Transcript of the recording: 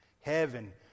Heaven